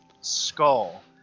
skull